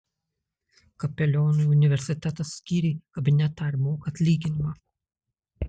kapelionui universitetas skyrė kabinetą ir moka atlyginimą